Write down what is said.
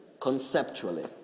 conceptually